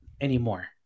anymore